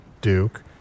duke